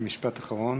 משפט אחרון.